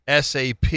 SAP